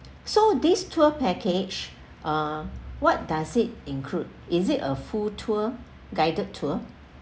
so this tour package uh what does it include is it a full tour guided tour